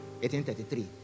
1833